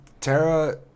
Tara